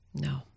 No